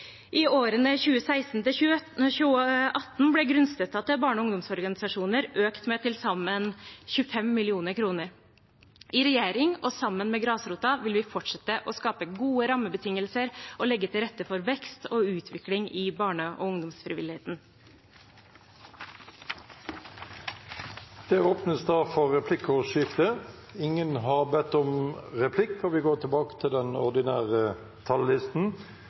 I årene 2016–2018 ble grunnstøtten til barne- og ungdomsorganisasjoner økt med til sammen 25 mill. kr. I regjering, og sammen med grasrota, vil vi fortsette å skape gode rammebetingelser og legge til rette for vekst og utvikling i barne- og ungdomsfrivilligheten. Kunst og kultur er ytringer med samfunnsbyggende kraft. Det var utgangspunktet for kulturmeldinga Kulturens kraft som vi la fram her i fjor høst, og som Stortinget behandlet. Da